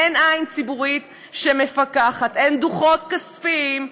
אין עין ציבורית שמפקחת, אין דוחות כספיים,